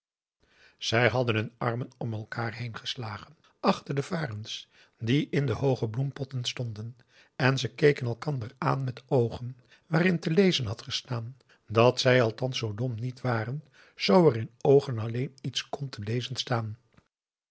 zij hadden hun armen om elkaar heen geslagen achter de varens die in de hooge bloempotten stonden en ze keken elkander aan met oogen waarin te lezen had gestaan dat zij althans zoo dom niet waren zoo er in oogen alleen iets kon te lezen staan